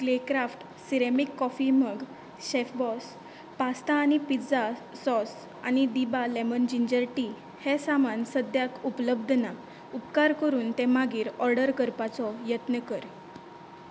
clay craft ceramic coffee mug शॅफबॉस pasta आनी pizza sauce आनी दिबा लॅमन जिंजर टी हें सामान सद्याक उपलब्द ना उपकार करून ते मागीर ऑर्डर करपाचो यत्न कर